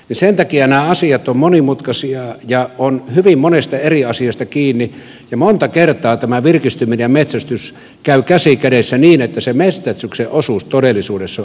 sen takia nämä asiat ovat monimutkaisia ja ovat hyvin monesta eri asiasta kiinni ja monta kertaa tämä virkistyminen ja metsästys käyvät käsi kädessä niin että sen metsästyksen osuus todellisuudessa on äärimmäisen pieni